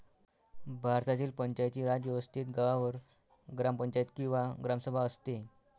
भारतातील पंचायती राज व्यवस्थेत गावावर ग्रामपंचायत किंवा ग्रामसभा असते